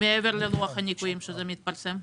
מעבר ללוח הניכויים, שבו זה מתפרסם.